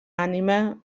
ànima